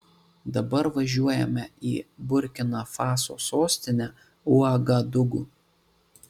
dabar važiuojame į burkina faso sostinę uagadugu